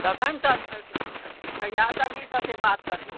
कखन तक अऽ कहिया तक ई सबके बात करबै